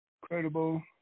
credible